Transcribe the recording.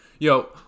Yo